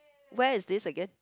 where is this again